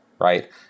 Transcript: right